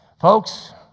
Folks